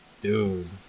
Dude